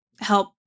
help